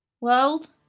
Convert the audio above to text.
World